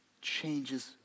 changes